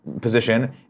position